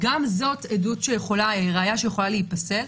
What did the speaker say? גם זאת ראיה שיכולה להיפסל.